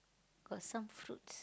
got some fruits